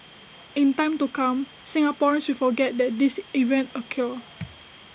in time to come Singaporeans will forget that this event occur